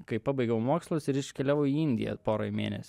kai pabaigiau mokslus ir iškeliavau į indiją porai mėnes